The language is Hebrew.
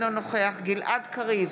אינו נוכח גלעד קריב,